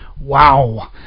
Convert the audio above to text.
Wow